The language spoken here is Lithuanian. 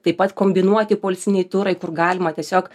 taip pat kombinuoti poilsiniai turai kur galima tiesiog